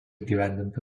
apgyvendinta